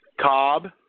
Cobb